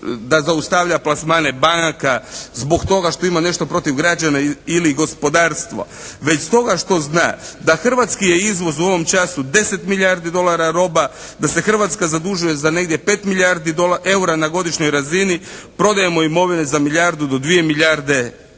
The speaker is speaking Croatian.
da zaustavlja plasmane banaka zbog toga što ima nešto protiv građana ili gospodarstva već stoga što zna da hrvatski je izvoz u ovom času 10 milijardi dolara roba, da se Hrvatska zadužuje za negdje 5 milijardi EUR-a na godišnjoj razini, prodajemo imovine za milijardu do dvije milijarde EUR-a.